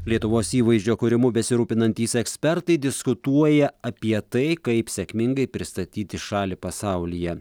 lietuvos įvaizdžio kūrimu besirūpinantys ekspertai diskutuoja apie tai kaip sėkmingai pristatyti šalį pasaulyje